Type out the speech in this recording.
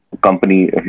company